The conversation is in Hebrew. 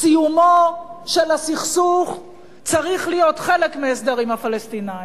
סיומו של הסכסוך צריך להיות חלק מהסדר עם הפלסטינים,